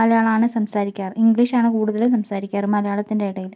മലയാളാണ് സംസാരിക്കാറ് ഇംഗ്ലീഷാണ് കൂടുതൽ സംസാരിക്കാറ് മലയാളത്തിൻ്റെ ഇടയിൽ